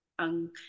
ang